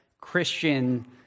Christian